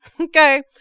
Okay